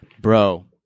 bro